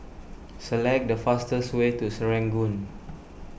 select the fastest way to Serangoon